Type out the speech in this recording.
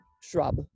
shrub